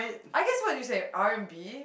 I guess what you say R-and-B